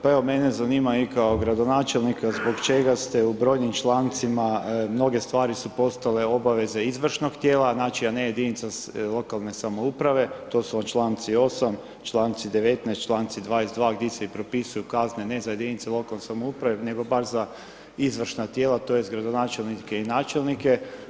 Pa evo mene zanima i kao gradonačelnika zbog čega ste u brojnim člancima, mnoge stvari su postale obaveze izvršnog tijela, a ne jedinica lokalne samouprave, to su vam čl. 8., čl. 19., čl. 22. gdje se i propisuju kazne, ne za jedinice lokalne samouprave nego baš za izvršna tijela, tj. gradonačelnike i načelnike.